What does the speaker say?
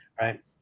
right